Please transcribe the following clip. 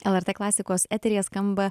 lrt klasikos eteryje skamba